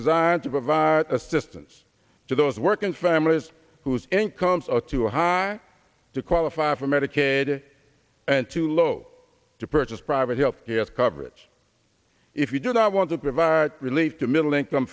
designed to provide assistance to those working families whose incomes are too high to qualify for medicaid and too low to perch as private health care coverage if you do not want to provide relief to middle income